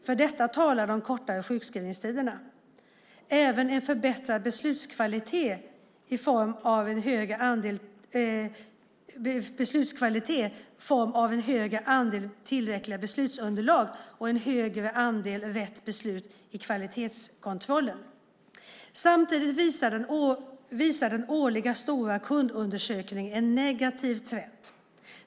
För detta talar de kortare sjukskrivningstiderna och även en förbättrad beslutskvalitet i form av en högre andel tillräckliga beslutsunderlag och en högre andel rätt beslut i kvalitetskontrollen. Samtidigt visar den årliga stora kundundersökningen en negativ trend.